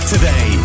Today